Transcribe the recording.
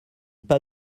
pas